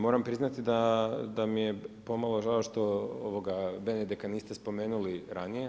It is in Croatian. Moram priznati da mi je pomalo žao što Benedeka niste spomenuli ranije.